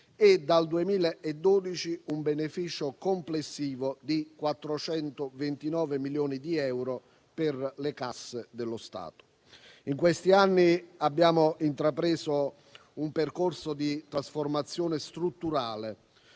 e, dal 2012, un beneficio complessivo di 429 milioni di euro per le casse dello Stato. In questi anni abbiamo intrapreso un percorso di trasformazione strutturale.